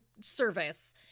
service